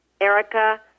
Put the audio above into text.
Erica